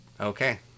Okay